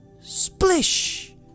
Splish